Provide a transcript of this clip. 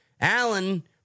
Allen